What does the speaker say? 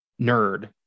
nerd